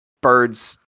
birds